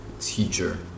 teacher